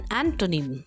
antonym